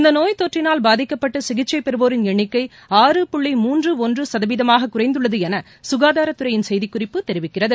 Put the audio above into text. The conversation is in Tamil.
இந்த நோய்த்தொற்றினால் பாதிக்கப்பட்டு சிகிச்சை பெறவோரின் எண்ணிக்கை ஆறு புள்ளி மூன்று சுஒன்று சதவீதமாக குறைந்துள்ளது என சுனதாரத்துறையின் செய்திக் குறிப்பு தெரிவிக்கிறது